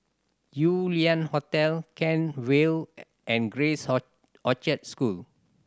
Yew Lian Hotel Kent Vale and Grace Orchard School